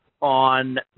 on